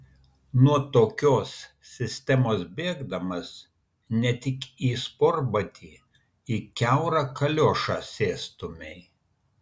nuo tokios sistemos bėgdamas ne tik į sportbatį į kiaurą kaliošą sėstumei